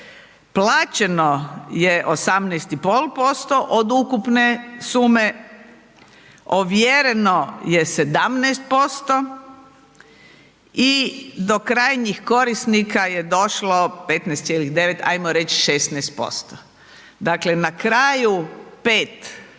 Plaćeno je 18,5% od ukupne sume, ovjereno je 17% i do krajnjih korisnika je došlo 15,9, hajmo reći 16%. Dakle na kraju 5,